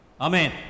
Amen